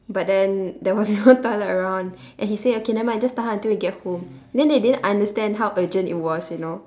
but then there was no toilet around and he say okay nevermind just tahan until we get home then they didn't understand how urgent it was you know